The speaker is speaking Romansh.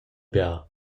bia